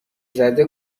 زده